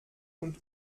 und